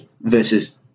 versus